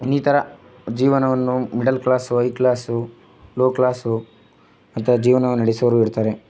ಇನ್ನಿತರ ಜೀವನವನ್ನು middle class high class low class ಅಂತ ಜೀವನವನ್ನು ನಡೆಸುವವರು ಇರ್ತಾರೆ